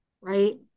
right